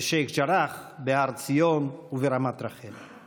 בשייח' ג'ראח, בהר ציון וברמת רחל.